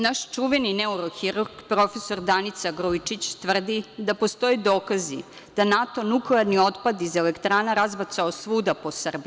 Naš čuveni neourohirurg prof. Danica Grujičić tvrdi da postoje dokazi da je NATO nuklearni otpad iz elektrana razbacao svuda po Srbiji.